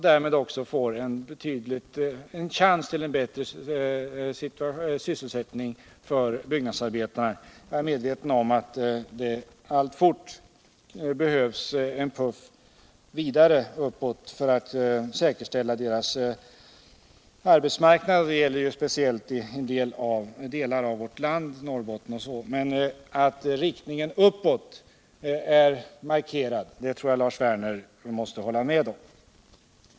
Därmed får man också en chans till ökad sysselsättning för byggnadsarbetarna. Jag är medveten om att det behövs ännu en puff uppåt för att säkerställa deras arbetsmöjligheter — det gäller speciellt i vissa delar av vårt land, t.ex. Norrbotten. Men att riktningen uppåt är markerad tror jag Lars Werner måste hålla med om.